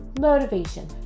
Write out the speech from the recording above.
motivation